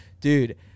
Dude